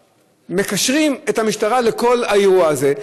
מקשרים את המשטרה לכל האירוע הזה.